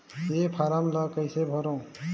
ये फारम ला कइसे भरो?